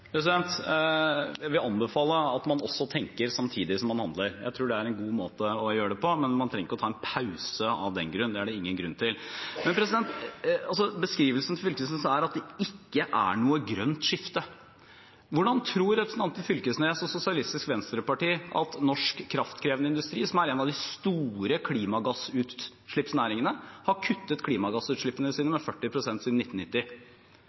Jeg vil anbefale at man tenker samtidig som man handler. Jeg tror det er en god måte å gjøre det på. Man trenger ikke ta en pause av den grunn, det er det ingen grunn til. Beskrivelsen til Knag Fylkesnes er at det ikke er noe grønt skifte. Hvordan tror representanten Knag Fylkesnes og Sosialistisk Venstreparti at norsk kraftkrevende industri, som er en av de store klimagassutslippsnæringene, har kuttet klimagassutslippene sine med 40 pst. siden 1990?